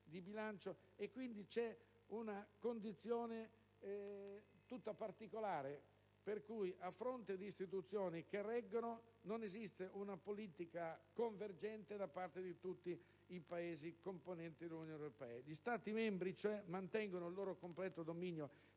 quindi una condizione particolare per cui, a fronte di istituzioni che reggono, non esiste una politica convergente da parte di tutti i Paesi componenti l'Unione europea.